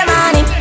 money